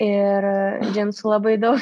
ir džinsų labai daug